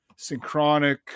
synchronic